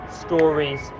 stories